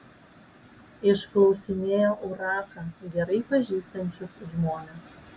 išklausinėjo urachą gerai pažįstančius žmones